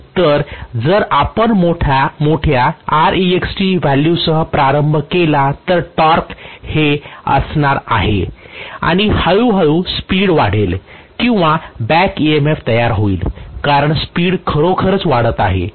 तर जर आपण मोठ्या Rext व्हॅल्यूसह प्रारंभ केला तर टॉर्क हे असणार आहे आणि हळू हळू स्पीड वाढेल किंवा बॅक EMF तयार होईल कारण स्पीड खरोखरच वाढत आहे